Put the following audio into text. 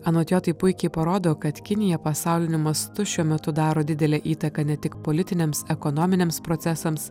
anot jo tai puikiai parodo kad kinija pasauliniu mastu šiuo metu daro didelę įtaką ne tik politiniams ekonominiams procesams